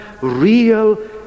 real